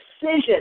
decision